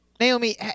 Naomi